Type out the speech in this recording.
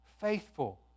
faithful